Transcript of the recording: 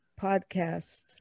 podcast